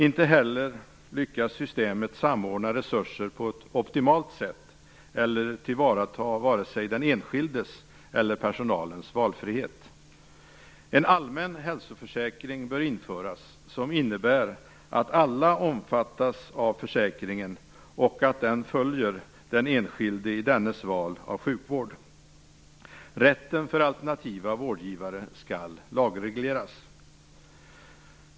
Inte heller lyckas systemet samordna resurser på ett optimalt sätt eller tillvarata den enskildes eller personalens valfrihet. En allmän hälsoförsäkring bör införas som innebär att alla omfattas av försäkringen och att den följer den enskilde i dennes val av sjukvård. Rätten för alternativa vårdgivare skall lagregleras.